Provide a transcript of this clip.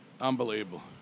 Unbelievable